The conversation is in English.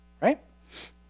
right